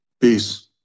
Peace